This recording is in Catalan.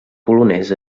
polonès